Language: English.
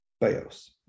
bios